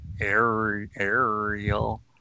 Aerial